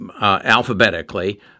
alphabetically